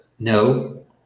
No